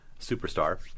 superstar